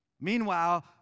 Meanwhile